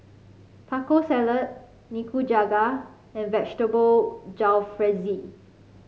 Taco Salad Nikujaga and Vegetable Jalfrezi